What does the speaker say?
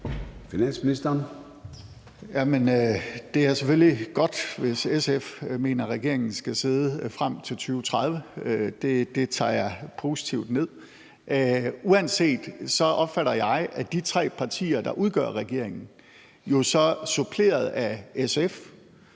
Det er selvfølgelig godt, hvis SF mener, at regeringen skal sidde frem til 2030; det tager jeg positivt ned. Jeg opfatter det sådan, at de tre partier, der udgør regeringen, suppleret af SF